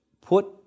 put